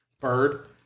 bird